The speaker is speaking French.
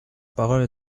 parole